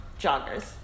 Joggers